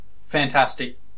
fantastic